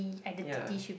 ya